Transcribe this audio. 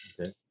Okay